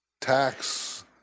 Tax